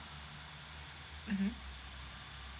mmhmm